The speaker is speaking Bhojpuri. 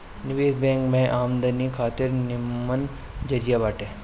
निवेश बैंक आमदनी खातिर निमन जरिया बाटे